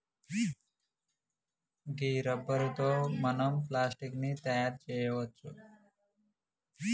గీ rubber తో మనం plastic ని తయారు చేయవచ్చు